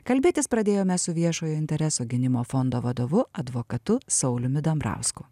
kalbėtis pradėjome su viešojo intereso gynimo fondo vadovu advokatu sauliumi dambrausku